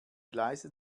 gleise